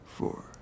Four